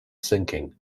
sinking